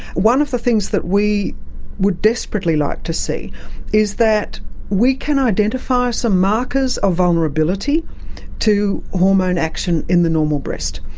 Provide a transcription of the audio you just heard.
one of the things that we would desperately like to see is that we can identify some markers of vulnerability to hormone action in the normal breast.